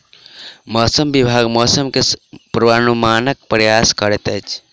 मौसम विभाग मौसम के पूर्वानुमानक प्रयास करैत अछि